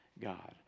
God